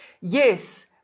Yes